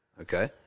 okay